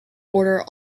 order